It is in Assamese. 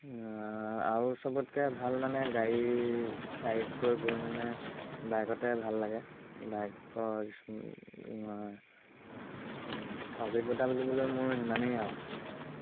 আৰু চবতকৈ ভাল মানে গাড়ী চাৰিতকৈ গৈ মানে বাইকতে ভাল লাগে বাইকৰ অভিজ্ঞতা বুলিবলৈ মোৰ সিমানেই আৰু